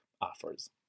offers